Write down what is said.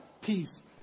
peace